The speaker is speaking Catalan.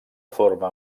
forma